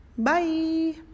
Bye